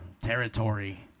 territory